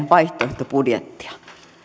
sdpn vaihtoehtobudjettia